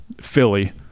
Philly